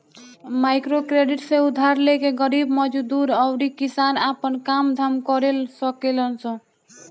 microcredit से उधार लेके गरीब मजदूर अउरी किसान आपन काम धाम कर सकेलन